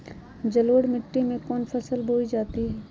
जलोढ़ मिट्टी में कौन फसल बोई जाती हैं?